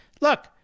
look